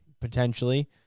Potentially